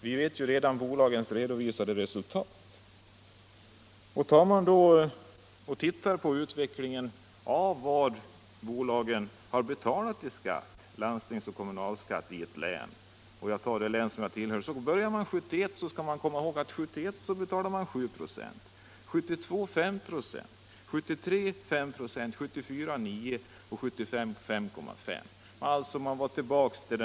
Vi vet redan bolagens redovisade resultat. Vi kan se på utvecklingen av vad bolagen har betalat i landstingsoch kommunalskatt i ett län. Jag tar det län jag själv tillhör. Man betalade 7 96 1971, 5 96 1972, 5 96 1973, 9 26 1974 och 5,5 96 1975.